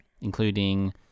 including